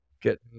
get